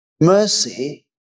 mercy